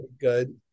good